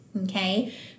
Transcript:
okay